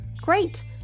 Great